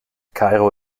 kairo